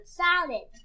salad